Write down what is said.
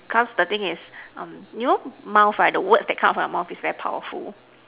cause the thing is um you know mouth right the words that come out from a mouth is very powerful